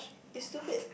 it's stupid